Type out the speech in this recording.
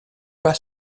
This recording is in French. pas